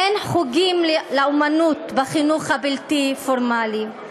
אין חוגים לאמנות בחינוך הבלתי-פורמלי.